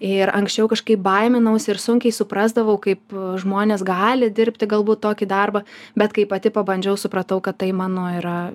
ir anksčiau kažkaip baiminausi ir sunkiai suprasdavau kaip žmonės gali dirbti galbūt tokį darbą bet kai pati pabandžiau supratau kad tai mano yra